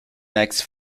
next